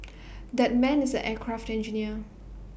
that man is an aircraft engineer